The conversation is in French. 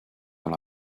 dans